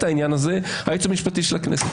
העניין הזה זה הייעוץ המשפטי של הכנסת.